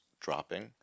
dropping